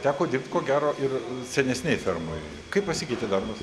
teko dirbt ko gero ir senesnėj fermoj kaip pasikeitė darbas